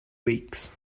weeks